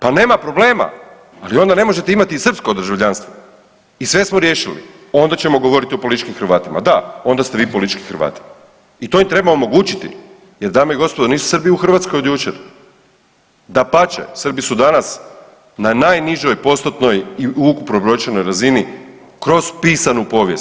Pa nema problema, ali onda ne možete imati i srpsko državljanstvo i sve smo riješili onda ćemo govoriti o političkim Hrvatima, da onda ste vi politički Hrvati i to im treba omogućiti jer dame i gospodo nisu Srbi u Hrvatskoj od jučer, dapače Srbi su danas na najnižoj postotnoj i ukupno brojčanoj razini kroz pisanu povijest.